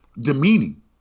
demeaning